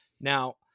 Now